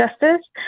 justice